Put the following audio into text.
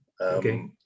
Okay